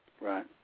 Right